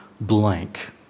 blank